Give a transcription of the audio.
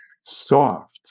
soft